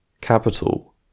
Capital